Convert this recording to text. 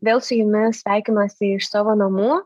vėl su jumis sveikinuosi iš savo namų